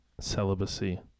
Celibacy